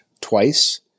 twice